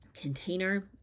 container